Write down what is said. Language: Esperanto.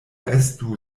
estu